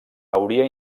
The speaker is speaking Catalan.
hauria